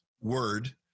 Word